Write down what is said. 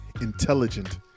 intelligent